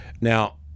Now